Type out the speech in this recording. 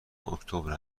اکتبر